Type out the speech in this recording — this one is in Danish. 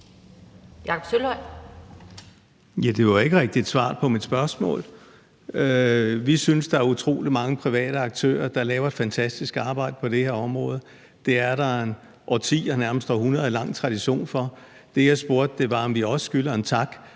Det var ikke rigtig et svar på mit spørgsmål. Vi synes, der er utrolig mange private aktører, der laver et fantastisk arbejde på det her område. Det er der en årtier, nærmest århundrede lang tradition for. Det, jeg spurgte til, var, om vi også skylder en tak